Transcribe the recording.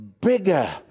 bigger